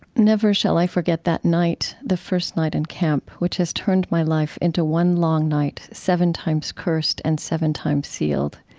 never shall i forget that night, the first night in camp, which has turned my life into one long night, seven times cursed and seven times sealed.